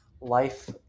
life